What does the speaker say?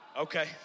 Okay